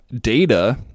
data